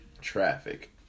traffic